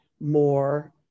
more